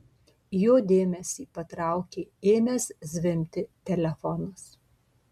jo dėmesį patraukė ėmęs zvimbti telefonas